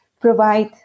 provide